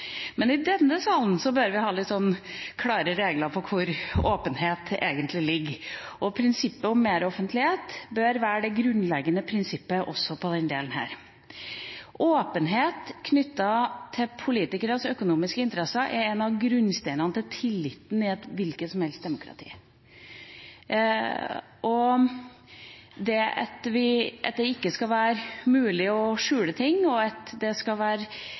Men i denne salen bør vi ha klare regler på hvor åpenheten egentlig ligger, og prinsippet om meroffentlighet bør være det grunnleggende prinsippet også på denne delen. Åpenhet knyttet til politikeres økonomiske interesser er en av grunnsteinene til tilliten i et hvilket som helst demokrati. Det at det ikke skal være mulig å skjule ting, og at det skal være